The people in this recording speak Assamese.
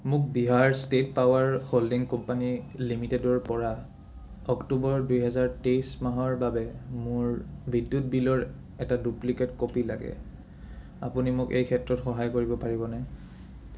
মোক Bihar state power holding company লিমিটেডৰপৰা অক্টোবৰ দুহেজাৰ তেইছ মাহৰ বাবে মোৰ বিদ্যুৎ বিলৰ এটা ডুপ্লিকেট কপি লাগে আপুনি মোক এই ক্ষেত্ৰত সহায় কৰিব পাৰিবনে